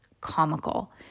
comical